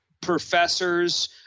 professors